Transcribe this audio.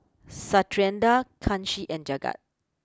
Satyendra Kanshi and Jagat